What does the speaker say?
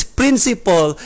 principle